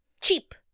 cheap